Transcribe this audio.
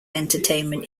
entertainment